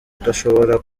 udashobora